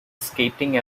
skating